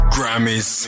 Grammys